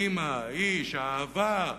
האמא, האיש, האהבה,